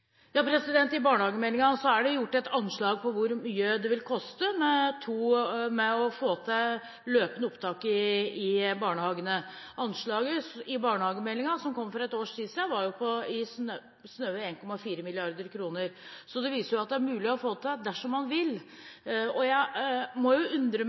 I barnehagemeldingen er det gjort et anslag over hvor mye det vil koste å få til løpende opptak i barnehagene. Anslaget i barnehagemeldingen, som kom for ett års tid siden, var på snaue 1,4 mrd. kr. Så det viser at det er mulig å få det til dersom man vil. Jeg må jo undre meg